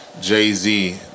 Jay-Z